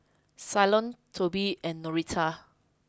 Ceylon Toby and Norita